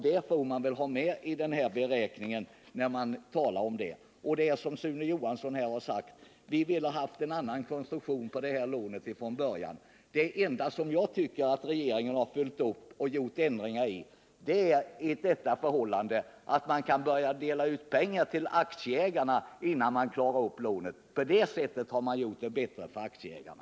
Detta måste finnas med i bilden. Vi ville, som Sune Johansson sade, från början ha en annan konstruktion på detta lån. Det enda som regeringen har följt upp när det gäller lånevillkoren är att den har gjort en ändring, så att bolaget kan börja dela ut pengar till aktieägarna innan man klarat upp lånet. På det sättet har man gjort det bättre för aktieägarna.